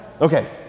Okay